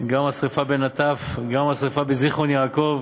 גם השרפה בנטף וגם השרפה בזיכרון-יעקב,